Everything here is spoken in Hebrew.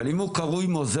אבל אם הוא קרוי מוזיאון,